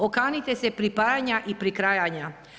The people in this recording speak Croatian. Okanite se pripajanja i prikrajanja.